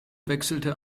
wechselte